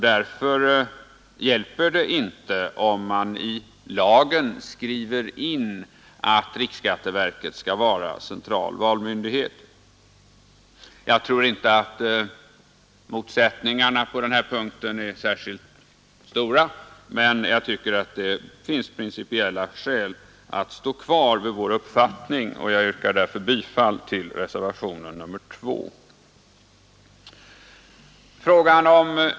Därför hjälper det inte om man i lagen skriver in att riksskatteverket skall vara central valmyndighet. Jag tror inte att motsättningarna på den här punkten är särskilt stora, men jag tycker att det finns principiella skäl att stå kvar vid vår uppfattning, och jag yrkar därför bifall till reservationen 2.